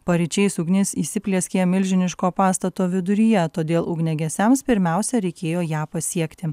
paryčiais ugnis įsiplieskė milžiniško pastato viduryje todėl ugniagesiams pirmiausia reikėjo ją pasiekti